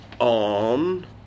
on